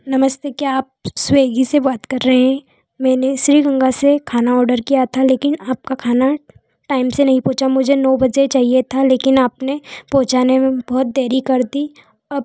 नमस्ते क्या आप स्वेगी से बात कर रहे हैं मैंने श्रीगंगा से खाना ऑर्डर किया था लेकिन आपका खाना टाइम से नहीं पहुँचा मुझे नौ बजे चाहिए था लेकिन आपने पहुँचाने में बहुत देरी कर दी अब